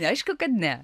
tai aišku kad ne